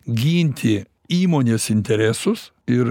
ginti įmonės interesus ir